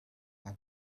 had